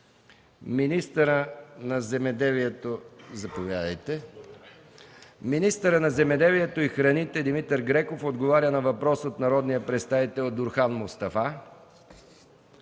министъра на земеделието и храните Димитър Греков на въпрос от народния представител Дурхан Мустафа;